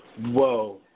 whoa